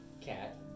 cat